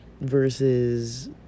versus